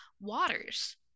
waters